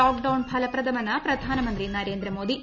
lockdown ഫലപ്രദമെന്ന് പ്രധാനമന്ത്രി നരേന്ദ്രമോദി